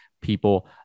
people